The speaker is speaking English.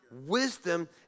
Wisdom